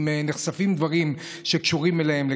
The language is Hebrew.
אם נחשפים דברים שקשורים אליהם,